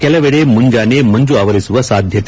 ಕೆಲವೆಡೆ ಮುಂಜಾನೆ ಮಂದು ಆವರಿಸುವ ಸಾಧ್ಯತೆ